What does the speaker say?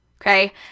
Okay